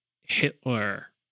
Hitler